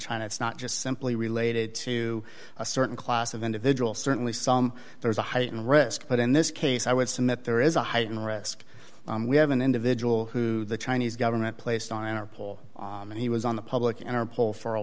china it's not just simply related to a certain class of individual certainly some there is a heightened risk but in this case i would submit there is a heightened risk we have an individual who the chinese government placed on our poll and he was on the public in our poll for a